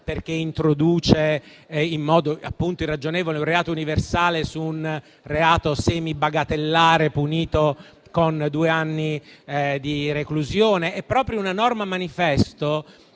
perché introduce in modo appunto irragionevole un reato universale su un reato semi-bagatellare, punito con due anni di reclusione. È proprio una norma manifesto